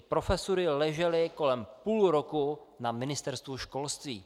Profesury ležely kolem půl roku na Ministerstvu školství.